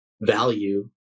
value